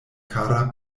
kara